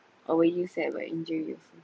or were sad about your injury also